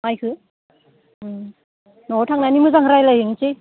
माइखौ न'आव थांनानै मोजां रायज्लायहैनोसै